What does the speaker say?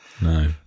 No